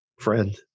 friend